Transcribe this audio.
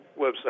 website